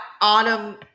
autumn